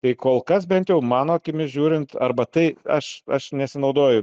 tai kol kas bent jau mano akimis žiūrint arba tai aš aš nesinaudoju